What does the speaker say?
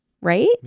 Right